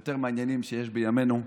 יותר מעניינים שיש בימינו.